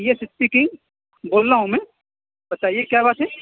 یس speaking بول رہا ہوں میں بتائیے کیا بات ہے